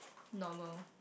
normal